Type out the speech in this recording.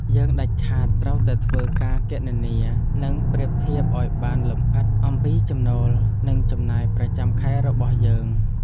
យើងដាច់ខាតត្រូវតែធ្វើការគណនា និងប្រៀបធៀបឱ្យបានលម្អិតអំពីចំណូលនិងចំណាយប្រចាំខែរបស់យើង។